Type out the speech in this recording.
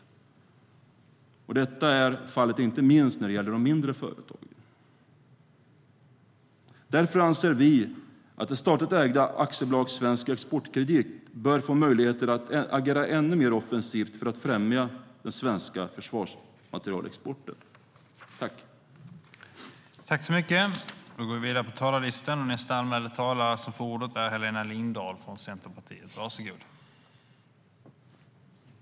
Detta är fallet inte minst när det gäller de mindre företagen. Därför anser vi att det statligt ägda AB Svensk Exportkredit bör få möjlighet att agera ännu mer offensivt för att främja den svenska försvarsmaterielexporten.I detta anförande instämde Mattias Bäckström Johansson .